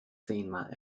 zehnmal